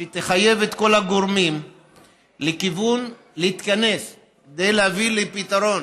שתחייב את כל הגורמים להתכנס כדי להביא לפתרון,